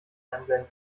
einsenden